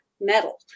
metal